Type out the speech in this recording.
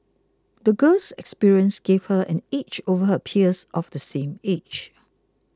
the girl's experiences gave her an edge over her peers of the same age